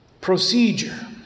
procedure